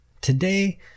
Today